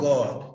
God